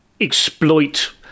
exploit